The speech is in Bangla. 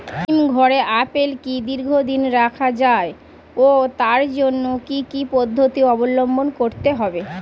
হিমঘরে আপেল কি দীর্ঘদিন রাখা যায় ও তার জন্য কি কি পদ্ধতি অবলম্বন করতে হবে?